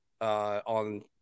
On